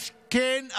כן,